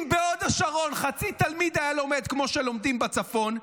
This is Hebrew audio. אם בהוד השרון חצי תלמיד היה לומד כמו שלומדים בצפון,